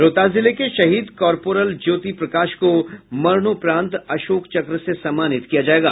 रोहतास जिले के शहीद कॉर्पोरल ज्योति प्रकाश को मरणोपरांत अशोक चक्र से सम्मानित किया जायेगा